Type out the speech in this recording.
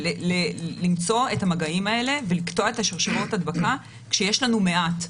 למצוא את המגעים האלה ולקטוע את שרשראות ההדבקה כשיש לנו מעט.